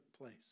place